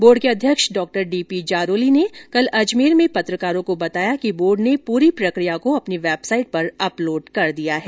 board के अध्यक्ष डॉ डीपी जारोली ने कल अजमेर में पत्रकारों को बताया कि बोर्ड ने पूरी प्रक्रिया को अपनी वेबसाइट पर अपलोड कर दिया है